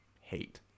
hate